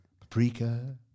paprika